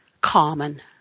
common